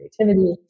creativity